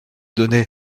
donner